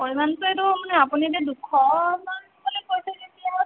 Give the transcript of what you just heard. পৰিমাণটো এইটো মানে আপুনি এতিয়া দুশমান বুলি কৈছে যেতিয়া